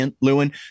Lewin